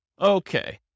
Okay